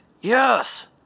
Yes